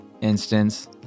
instance